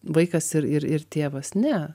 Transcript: vaikas ir ir ir tėvas ne